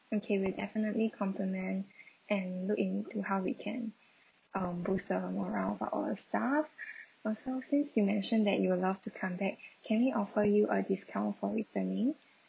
okay we'll definitely compliment and look into how we can uh boost the morale for our staff also since you mentioned that you will love to come back can we offer you a discount for returning